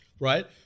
right